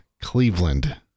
Cleveland